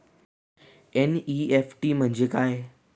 NEFT म्हणजे काय?